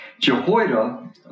Jehoiada